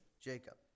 Jacob